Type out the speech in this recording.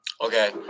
Okay